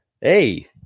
hey